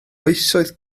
oesoedd